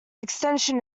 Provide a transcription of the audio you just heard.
extension